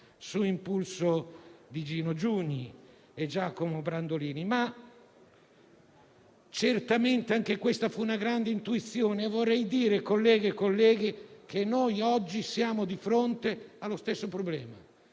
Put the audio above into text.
su impulso di Gino Giugni e Giacomo Brandolini, ma certamente anche quella fu una grande intuizione. Vorrei dire, colleghe e colleghi, che noi oggi siamo di fronte allo stesso problema.